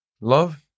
Love